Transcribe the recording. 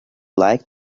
like